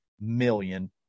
million